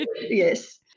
yes